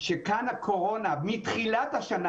שבגלל הקורונה אנחנו מתמודדים מתחילת השנה